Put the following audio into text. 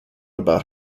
about